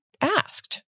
asked